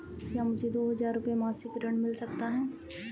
क्या मुझे दो हज़ार रुपये मासिक ऋण मिल सकता है?